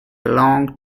long